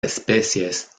especies